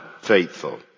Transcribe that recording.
faithful